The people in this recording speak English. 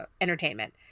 entertainment